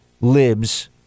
Libs